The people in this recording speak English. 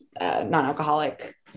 non-alcoholic